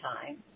time